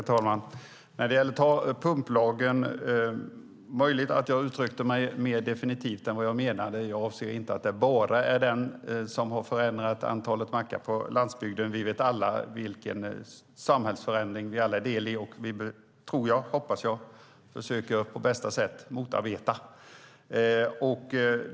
Herr talman! När det gäller pumplagen är det möjligt att jag uttryckte mig mer definitivt än jag menade. Jag avsåg inte att det bara är den som har förändrat antalet mackar på landsbygden. Vi vet alla vilken samhällsförändring vi är del i, och jag hoppas att vi på bästa sätt försöker motarbeta den.